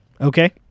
Okay